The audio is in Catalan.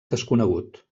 desconegut